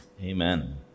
Amen